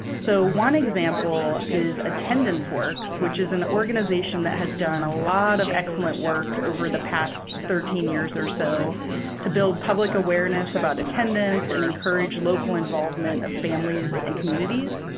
so, one example is attendance works, which is an organization that has done a lot of excellent work over the past thirteen years or so to build public awareness about attendance and encourage local involvement of families and communities.